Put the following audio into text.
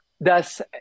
Thus